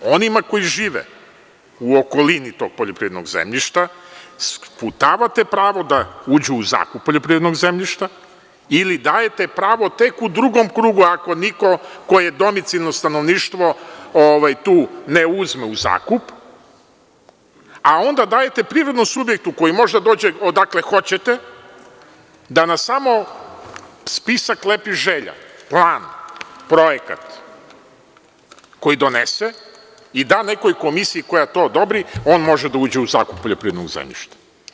Onima koji žive u okolini tog poljoprivrednog zemljišta sputavate pravo da uđu u zakup poljoprivrednog zemljišta, ili dajete pravo tek u drugom krugu ako niko ko je domicijalno stanovništvo, to ne uzme u zakup, a onda dajete privrednom subjektu koji može da dođe odakle hoćete, da na samo spisak lepih želja, plan, projekat koji donese, i da nekoj komisiji koja to odobri on može da uđe u zakup poljoprivrednog zemljišta.